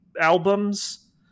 albums